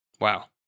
wow